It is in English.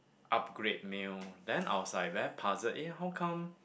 upgrade meal then I was like very puzzled eh how come